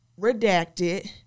redacted